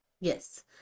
yes